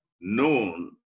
known